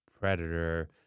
Predator